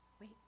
wait